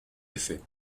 effets